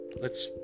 let's